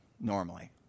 normally